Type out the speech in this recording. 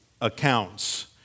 accounts